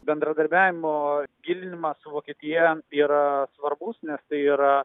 bendradarbiavimo gilinimas su vokietija yra svarbus nes tai yra